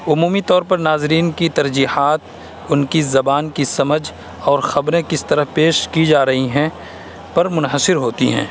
عمومی طور پر ناظرین کی ترجیحات ان کی زبان کی سمجھ اور خبریں کس طرح پیش کی جا رہی ہیں پر منحصر ہوتی ہیں